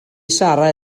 sarra